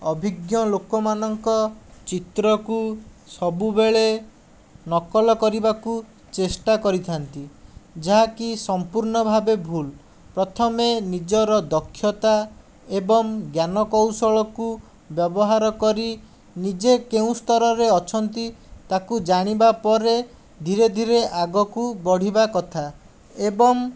ଅଭିଜ୍ଞ ଲୋକମାନଙ୍କ ଚିତ୍ରକୁ ସବୁବେଳେ ନକଲ କରିବାକୁ ଚେଷ୍ଟା କରିଥାନ୍ତି ଯାହାକି ସମ୍ପୂର୍ଣ୍ଣ ଭାବେ ଭୁଲ୍ ପ୍ରଥମେ ନିଜର ଦକ୍ଷତା ଏବଂ ଜ୍ଞାନକୌଶଳକୁ ବ୍ୟବହାର କରି ନିଜେ କେଉଁ ସ୍ତରରେ ଅଛନ୍ତି ତାକୁ ଜାଣିବା ପରେ ଧୀରେ ଧୀରେ ଆଗକୁ ବଢ଼ିବା କଥା ଏବଂ